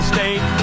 State